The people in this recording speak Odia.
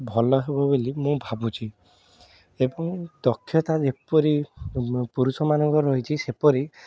ଭଲ ହେବ ବୋଲି ମୁଁ ଭାବୁଛି ଏବଂ ଦକ୍ଷତା ଯେପରି ପୁରୁଷ ମାନଙ୍କର ରହିଛି ସେପରି